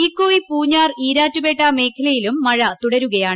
തീക്കോയി പൂഞ്ഞാർ ഈരാറ്റുപേട്ട മേഖലയിലും മഴ തുടരുന്നു